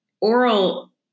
oral